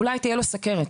אולי תהיה לו סכרת,